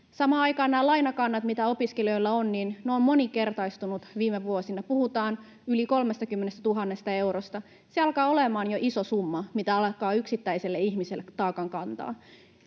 Samaan aikaan nämä lainakannat, mitä opiskelijoilla on, ovat moninkertaistuneet viime vuosina, puhutaan yli 30 000 eurosta. Se alkaa olemaan jo iso summa yksittäiselle ihmiselle kantaa